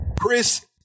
Chris